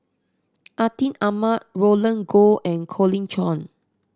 Atin Amat Roland Goh and Colin Cheong